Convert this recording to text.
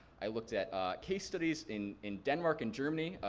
i looked at case studies in in denmark and germany,